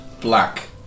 black